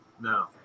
No